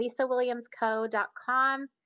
lisawilliamsco.com